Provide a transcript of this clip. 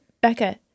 becca